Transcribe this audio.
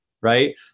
right